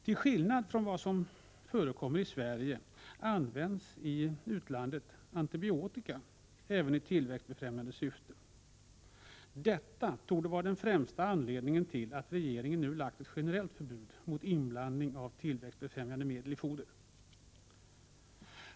Till skillnad från vad som förekommer i Sverige används i utlandet antibiotika även i tillväxtbefrämjande syfte. Detta torde vara främsta anledningen till att regeringen nu lagt fram förslag om ett generellt förbud mot inblandning av tillväxtbefrämjande medel i fodret.